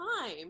time